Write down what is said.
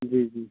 جی جی